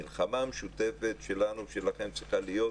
המלחמה המשותפת שלנו ושלכם צריכה להיות,